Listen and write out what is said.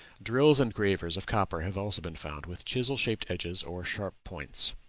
drills and gravers of copper have also been found, with chisel-shaped edges or sharp points.